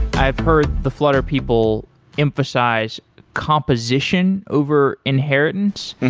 i've heard the flutter people emphasize composition over inheritance.